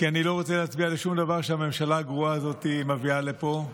כי אני לא רוצה להצביע לשום דבר שהממשלה הגרועה הזאת מביאה לפה.